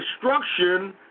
destruction